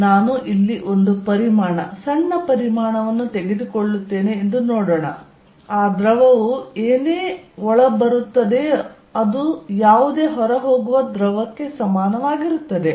ಆದ್ದರಿಂದ ನಾನು ಇಲ್ಲಿ ಒಂದು ಪರಿಮಾಣ ಸಣ್ಣ ಪರಿಮಾಣವನ್ನು ತೆಗೆದುಕೊಳ್ಳುತ್ತೇನೆ ಎಂದು ನೋಡೋಣ ಆ ದ್ರವವು ಏನೇ ಒಳ ಬರುತ್ತದೆಯೋ ಅದು ಯಾವುದೇ ಹೊರಹೋಗುವ ದ್ರವಕ್ಕೆ ಸಮಾನವಾಗಿರುತ್ತದೆ